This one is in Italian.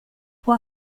può